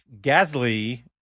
Gasly